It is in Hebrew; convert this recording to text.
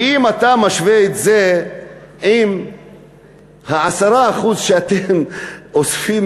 ואם אתה משווה את זה עם ה-10% שאתם אוספים